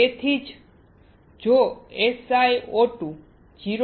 તેથી જ જો SiO2 0